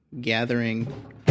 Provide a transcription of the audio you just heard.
gathering